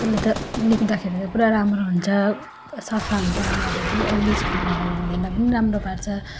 त्यसले त लेख्दाखेरि त पुरा राम्रो हुन्छ सफा हुन्छ अनुहारहरू ओयली स्किनहरू हुनेलाई पनि राम्रो पार्छ